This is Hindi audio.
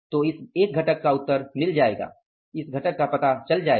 तो इस एक घटक का उत्तर मिल जाएगा इस घटक का पता लग जायेगा